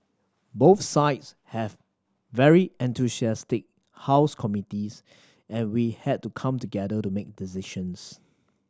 both sides have very enthusiastic house committees and we had to come together to make decisions